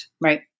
Right